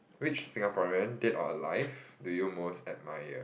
which Singaporean dead or alive do you most admire